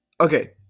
okay